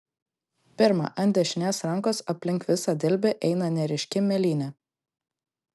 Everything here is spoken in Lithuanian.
pirma ant dešinės rankos aplink visą dilbį eina neryški mėlynė